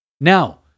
Now